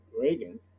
Reagan